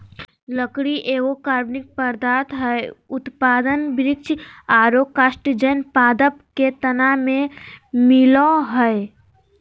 लकड़ी एगो कार्बनिक पदार्थ हई, उत्पादन वृक्ष आरो कास्टजन्य पादप के तना में मिलअ हई